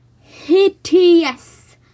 hideous